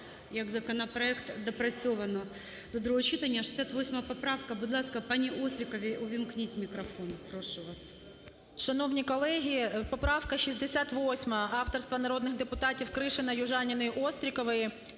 як законопроект доопрацьовано до другого читання. 68 поправка. Будь ласка, пані Остріковій увімкніть мікрофон. Прошу вас. 13:28:22 ОСТРІКОВА Т.Г. Шановні колеги, поправка 68 авторства народних депутатів Кришина, Южаніної, Острікової,